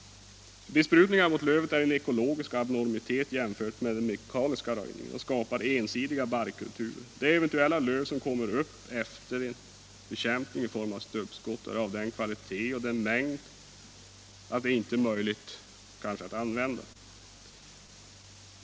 Besprutningarna mot lövet är en ekologisk abnormitet jämfört med den mekaniska röjningen och skapar ensidiga barrkulturer. Det eventuella löv som kommer upp efter en bekämpning i form av stubbskott är av den kvalitet och den mängd att det inte är möjligt att använda.